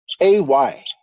AY